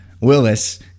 Willis